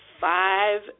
Five